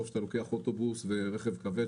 אוטובוס ורכב כבד,